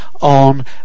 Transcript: on